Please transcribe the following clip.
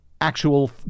actual